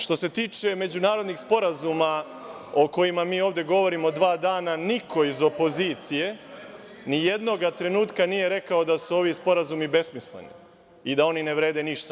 Što se tiče međunarodnih sporazuma o kojima mi ovde govorimo dva dana, niko iz opozicije nijednoga trenutka nije rekao da su ovi sporazumi besmisleni i da oni ne vrede ništa.